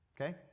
okay